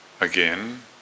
again